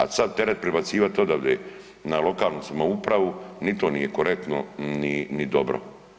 A sad teret prebacivat odavde na lokalnu samoupravu, ni to nije korektno ni dobro.